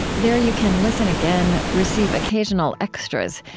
there you can listen again, receive occasional extras,